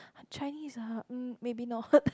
Chinese ah mm maybe not